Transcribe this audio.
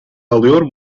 alıyor